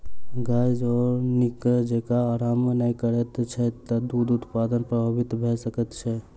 गाय जँ नीक जेँका आराम नै करैत छै त दूध उत्पादन प्रभावित भ सकैत छै